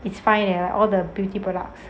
it's fine leh all the beauty products